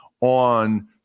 on